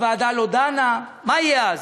הוועדה לא דנה, מה יהיה אז?